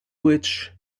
which